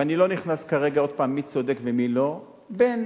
ואני לא נכנס כרגע עוד פעם מי צודק ומי לא, בין